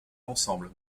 ensemble